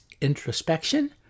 Introspection